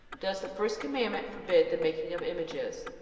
does the first commandment forbid the making of images?